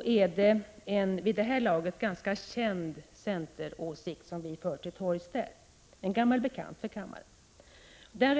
vi till torgs en vid det här laget ganska känd centeråsikt. Det är alltså en gammal bekant för kammaren.